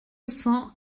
cents